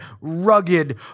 rugged